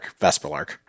Vesperlark